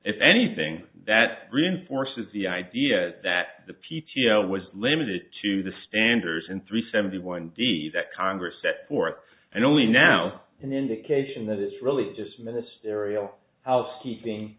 if anything that reinforces the idea that the p t o was limited to the standards in three seventy one d that congress set forth and only now and then the case in that it's really just ministerial housekeeping